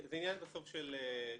זה בסוף עניין של מדיניות.